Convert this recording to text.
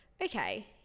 okay